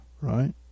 right